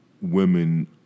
women